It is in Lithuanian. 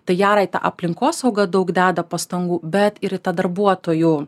tai jarai ta aplinkosauga daug deda pastangų bet ir į tą darbuotojų